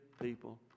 people